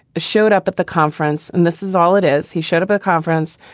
showed up at the conference. and this is all it is. he showed up a conference,